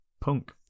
Punk